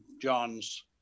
John's